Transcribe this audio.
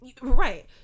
Right